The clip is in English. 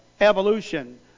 Evolution